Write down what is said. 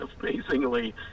Amazingly